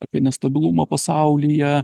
apie nestabilumą pasaulyje